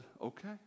okay